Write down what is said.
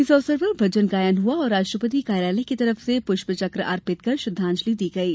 इस अवसर पर भजन गायन हुआ और राष्ट्रपति कार्यालय की तरफ से पुष्प चक्र अर्पित कर श्रद्धांजलि दी गयी